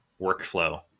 workflow